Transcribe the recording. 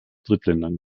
drittländern